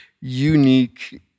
unique